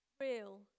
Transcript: real